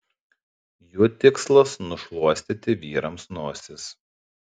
jų tikslas nušluostyti vyrams nosis